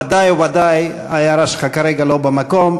ודאי וודאי ההערה שלך כרגע לא במקום.